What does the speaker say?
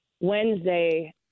Wednesday